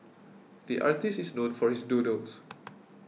the artist is known for his doodles